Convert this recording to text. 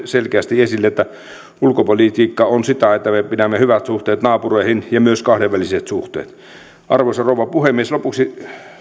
selkeästi esille sen että ulkopolitiikka on sitä että me pidämme hyvät suhteet naapureihin ja myös kahdenväliset suhteet arvoisa rouva puhemies lopuksi